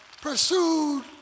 pursued